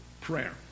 prayer